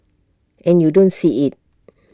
and you don't see IT